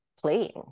playing